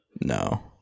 No